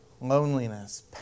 loneliness